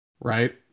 right